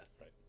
Right